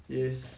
yes